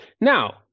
Now